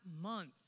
month